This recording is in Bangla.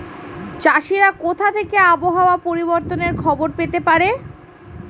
চাষিরা কোথা থেকে আবহাওয়া পরিবর্তনের খবর পেতে পারে?